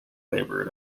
labor